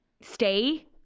Stay